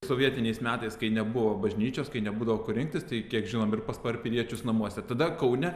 sovietiniais metais kai nebuvo bažnyčios kai nebūdavo kur rinktis tai kiek žinom ir pas parapijiečius namuose tada kaune